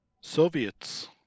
Soviets